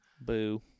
Boo